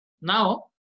Now